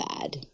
bad